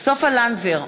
סופה לנדבר,